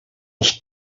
els